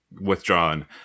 withdrawn